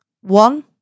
one